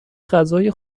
غذای